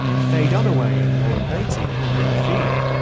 faye dunaway and warren beatty know the feeling.